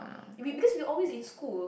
we because we always in school